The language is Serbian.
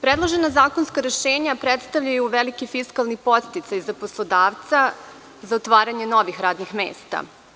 Predložena zakonska rešenja predstavljaju veliki fiskalni podsticaj za poslodavca za otvaranje novih radnih mesta.